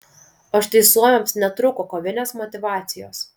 o štai suomiams netrūko kovinės motyvacijos